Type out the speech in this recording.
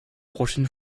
prochaine